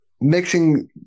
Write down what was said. mixing